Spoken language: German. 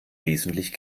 wesentlich